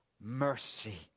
mercy